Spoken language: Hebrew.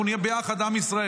אנחנו נהיה ביחד, עם ישראל.